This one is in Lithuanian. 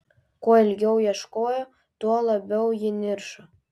kuo ilgiau ieškojo tuo labiau ji niršo